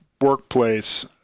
workplace